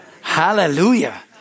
Hallelujah